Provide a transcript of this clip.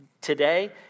today